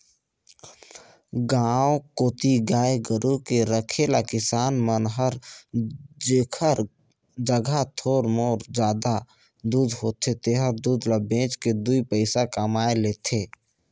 गांव कोती गाय गोरु के रखे ले किसान मन हर जेखर जघा थोर मोर जादा दूद होथे तेहर दूद ल बेच के दुइ पइसा कमाए लेथे